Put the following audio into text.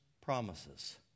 promises